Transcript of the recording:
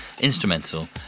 instrumental